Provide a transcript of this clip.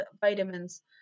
vitamins